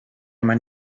man